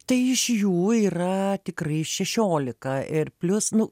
tai iš jų yra tikrai šešiolika ir plius nu